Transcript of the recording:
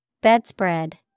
Bedspread